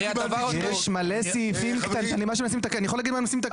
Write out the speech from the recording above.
אני יכול להגיד מה צריך לתקן